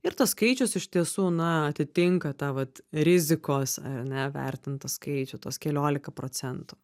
ir tas skaičius iš tiesų na atitinka tą vat rizikos ar ne vertintų skaičių tuos kelioliką procentų